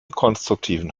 konstruktiven